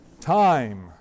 Time